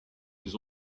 ils